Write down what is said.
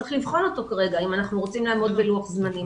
צריך לבחון אותו אם אנחנו רוצים לעמוד בלוח זמנים.